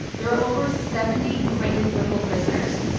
there are over seventy ukrainian political prisoners,